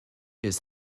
his